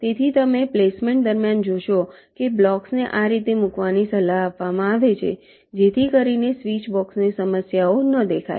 તેથી તમે પ્લેસમેન્ટ દરમિયાન જોશો કે બ્લોક્સને આ રીતે મૂકવાની સલાહ આપવામાં આવે છે જેથી કરીને સ્વીચબોક્સની સમસ્યાઓ ન દેખાય